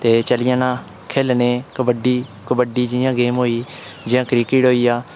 ते चली जाना खेढना कबड्डी कबड्डी जियां गेम होई जियां क्रिकेट होइया